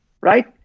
right